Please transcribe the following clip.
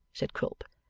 said quilp.